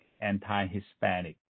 anti-Hispanic